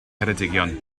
ngheredigion